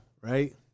right